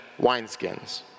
wineskins